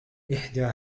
إحدى